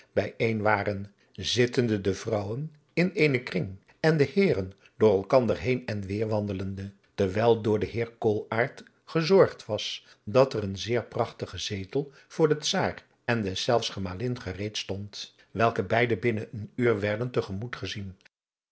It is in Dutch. bijeen waren zittende de vrouwen in eenen kring en de heeren door elkander heen en weêr wandelende terwijl door den heer koolaart gezorgd was dat er een zeer prachtige zetel voor den czaar en deszelfs gemalin gereed stond welke beide binnen een uur werden te gemoet gezien